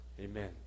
Amen